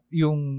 yung